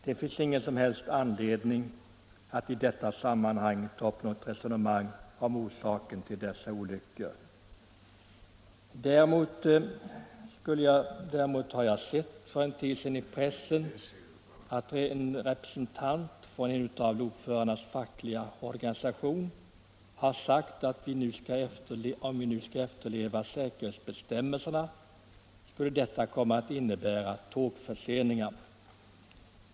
Det finns ingen som helst anledning att i detta sammanhang ta upp något resonemang om orsakerna till dessa olyckor. Däremot har jag för en tid sedan i pressen sett att en representant för en av lokförarnas fackliga organisationer uttalat att tågförseningar skulle uppstå, om personalen skulle efterleva säkerhetsbestämmelserna.